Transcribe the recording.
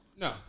No